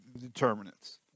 determinants